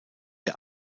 der